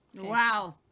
Wow